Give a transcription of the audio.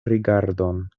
rigardon